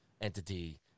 entity